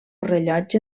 rellotge